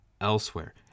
elsewhere